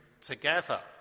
together